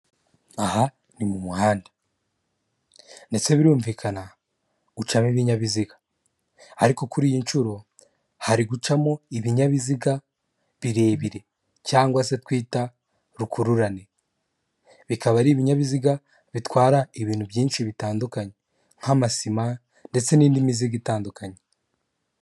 Aha ni mu muhanda ndetse birumvikana gucamo ibinyabiziga ariko kuri iyi nshuro hari gucamo ibinyabiziga birebire cyangwa se twita rukururane, bikaba ari ibinyabiziga bitwara ibintu byinshi bitandukanye nk'amasima ndetse n'indi mizigo itandukanye.